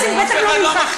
תכניס לי מילים לפה.